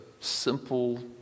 simple